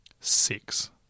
Six